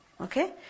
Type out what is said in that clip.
Okay